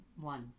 one